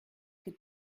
que